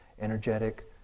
energetic